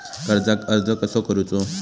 कर्जाक अर्ज कसो करूचो?